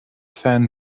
fan